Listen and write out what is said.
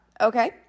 Okay